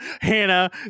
Hannah